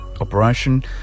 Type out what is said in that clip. operation